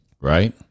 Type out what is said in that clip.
Right